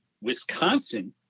Wisconsin